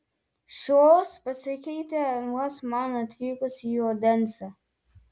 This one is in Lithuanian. šios pasikeitė vos man atvykus į odensę